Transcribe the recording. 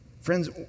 Friends